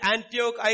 Antioch